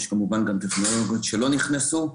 יש כמובן גם טכנולוגיות שלא נכנסו.